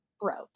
broke